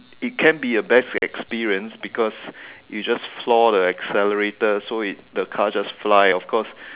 it can be your best experience because you just floor the accelerator so it the car just fly of course